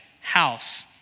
house